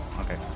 Okay